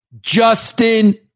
Justin